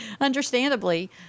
Understandably